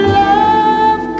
love